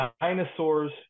dinosaurs